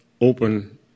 open